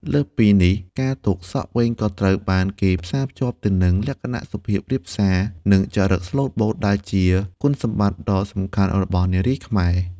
លើសពីនេះ ការទុកសក់វែងក៏ត្រូវបានគេផ្សារភ្ជាប់ទៅនឹង លក្ខណៈសុភាពរាបសារ និងចរិតស្លូតបូត ដែលជាគុណសម្បត្តិដ៏សំខាន់របស់នារីខ្មែរ។